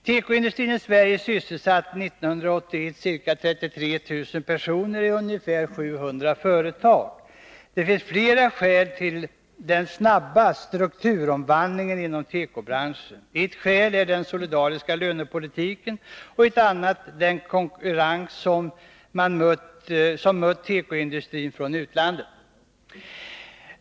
Tekoindustrin i Sverige sysselsatte 1981 ca 33 000 personer i ungefär 700 företag. Det finns flera skäl till den snabba strukturomvandlingen inom tekobranschen. Ett skäl är den solidariska lönepolitiken och ett annat den konkurrens som mött tekoindustrin från utlandet.